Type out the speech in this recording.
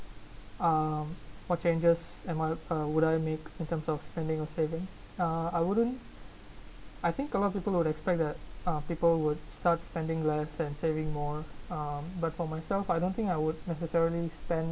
um what changes and what uh would I make in terms of spending or saving uh I wouldn't I think a lot of people would expect that people would start spending less and saving more um but for myself I don't think I would necessarily spend